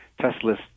Tesla's